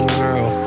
girl